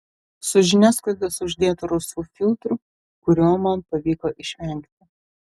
su žiniasklaidos uždėtu rausvu filtru kurio man pavyko išvengti